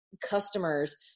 customers